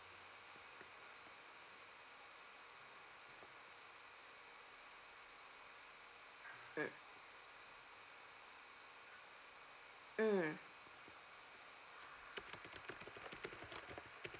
mm mm